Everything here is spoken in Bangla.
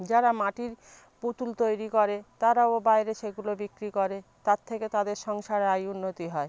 যারা মাটির পুতুল তৈরি করে তারাও বাইরে সেগুলো বিক্রি করে তার থেকে তাদের সংসারে আয় উন্নতি হয়